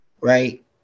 right